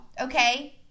okay